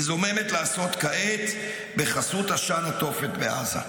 היא זוממת לעשות כעת בחסות עשן התופת בעזה.